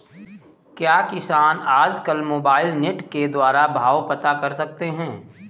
क्या किसान आज कल मोबाइल नेट के द्वारा भाव पता कर सकते हैं?